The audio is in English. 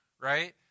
right